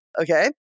okay